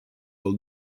all